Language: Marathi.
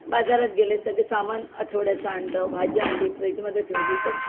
बाजारात गेले सगळे सामान आठवड्याचं आणलं भाजी आणली फ्रीजमध्ये ठेवली तर